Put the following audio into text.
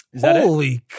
holy